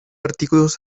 artículos